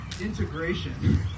integration